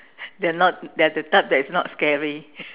they are not they are the type that is not scary